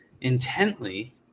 intently